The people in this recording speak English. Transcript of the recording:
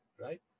right